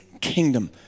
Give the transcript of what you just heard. kingdom